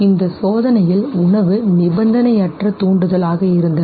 இந்த சோதனையில் உணவு நிபந்தனையற்ற தூண்டுதலாக இருந்தது